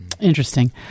Interesting